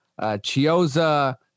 Chioza